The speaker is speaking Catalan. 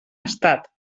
estat